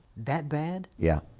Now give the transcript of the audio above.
that bad? yeah.